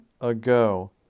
ago